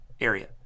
area